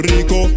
Rico